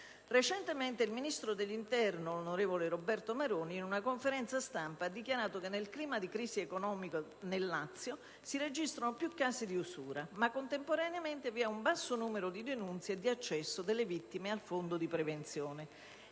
recente il ministro dell'interno, onorevole Roberto Maroni, in una conferenza stampa ha dichiarato che nel clima di crisi economica nel Lazio si registrano più casi di usura, ma contemporaneamente un basso numero di denunce e di accesso delle vittime al Fondo di prevenzione,